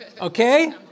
Okay